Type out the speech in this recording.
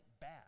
bad